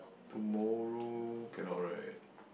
tomorrow cannot right